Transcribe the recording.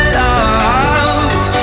love